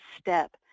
step